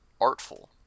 artful